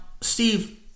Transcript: Steve